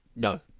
no,